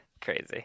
Crazy